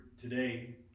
today